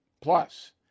Plus